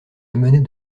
amenait